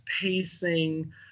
pacing